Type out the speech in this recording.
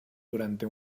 durante